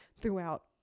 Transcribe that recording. throughout